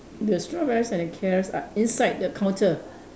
the strawberries and the carrots are inside the counter